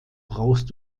brauchst